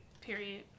Period